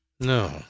No